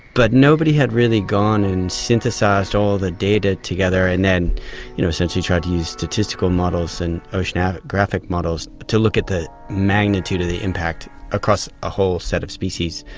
but nobody had really gone and synthesised all the data together and then you know essentially tried to use statistical models and oceanographic models to look at the magnitude of the impact across a whole set of species.